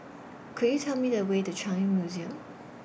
Could YOU Tell Me The Way to The Changi Museum